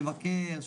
מבקר,